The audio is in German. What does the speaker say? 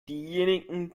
diejenigen